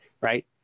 right